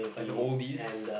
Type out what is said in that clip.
like the oldies